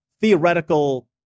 theoretical